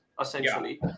essentially